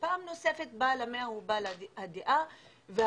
ופעם נוספת בעל המאה הוא בעל הדעה והשיקולים